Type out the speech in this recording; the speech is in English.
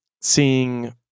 seeing